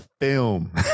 film